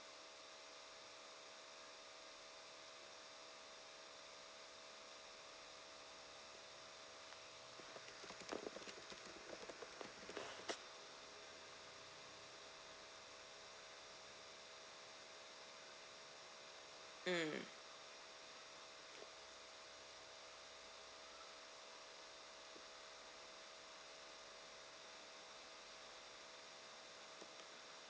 mm